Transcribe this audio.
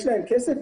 יש להם כסף.